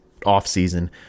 offseason